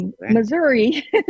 Missouri